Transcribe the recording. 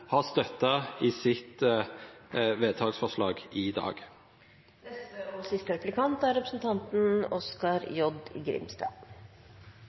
har støttet i sitt vedtaksforslag i dag. Senterpartiet og